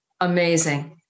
amazing